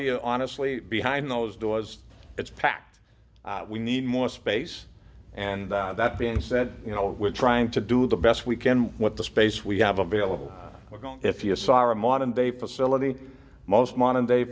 you honestly behind those doors it's packed we need more space and that being said you know we're trying to do the best we can what the space we have available we're going if you saw a modern day facility most modern day